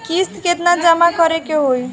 किस्त केतना जमा करे के होई?